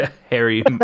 Harry